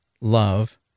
love